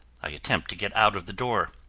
i attempt to get out of the door.